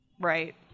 Right